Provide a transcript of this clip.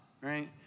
right